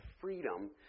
freedom